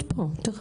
יסביר